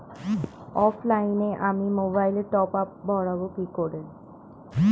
অফলাইনে আমি মোবাইলে টপআপ ভরাবো কি করে?